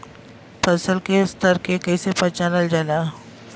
फसल के स्तर के कइसी पहचानल जाला